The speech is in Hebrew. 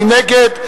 מי נגד?